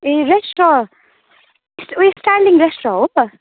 ए restaurant उइस कार्निङ restaurant हो